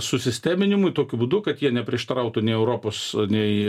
susisteminimui tokiu būdu kad jie neprieštarautų nei europos nei